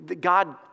God